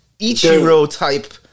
Ichiro-type